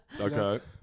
okay